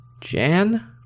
Jan